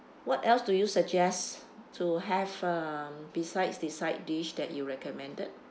what else do you suggest to have uh besides the side dish that you recommended